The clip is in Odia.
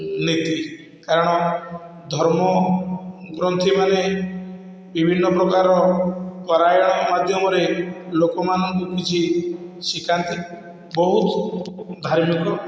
ନୀତି କାରଣ ଧର୍ମ ଗ୍ରନ୍ଥିମାନେ ବିଭିନ୍ନ ପ୍ରକାର ପରାୟଣ ମାଧ୍ୟମରେ ଲୋକମାନଙ୍କୁ କିଛି ଶିଖାନ୍ତି ବହୁତ ଧାର୍ମିକ